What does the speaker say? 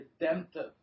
redemptive